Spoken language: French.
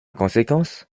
conséquence